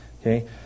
okay